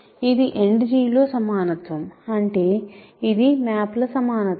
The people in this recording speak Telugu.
ఇది End లో సమానత్వం అంటే ఇది మ్యాప్ ల సమానత్వం